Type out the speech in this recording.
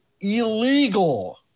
illegal